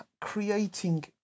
creating